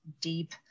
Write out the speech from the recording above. deep